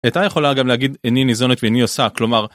היא הייתה יכולה גם להגיד איני ניזונת ואיני עושה כלומר.